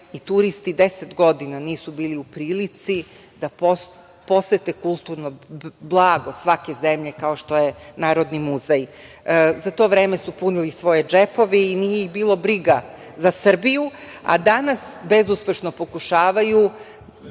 i turisti deset godina nisu bili u prilici da posete kulturno blago svake zemlje, kao što je Narodni muzej, za to vreme su punili svoje džepove i nije ih bilo briga za Srbiju, a danas bezuspešno pokušavaju